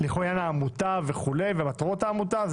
לכל עניין העמותה ומטרות העמותה.